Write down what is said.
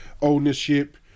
ownership